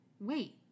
Wait